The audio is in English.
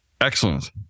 Excellent